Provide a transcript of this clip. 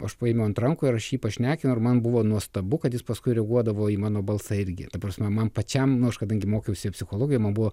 aš paėmiau ant rankų ir aš jį pašnekinau ir man buvo nuostabu kad jis paskui reaguodavo į mano balsai irgi ta prasme man pačiam nu aš kadangi mokiausi psichologijoj man buvo